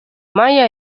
maya